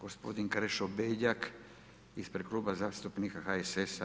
Gospodin Krešo Beljak ispred Kluba zastupnika HSS-a.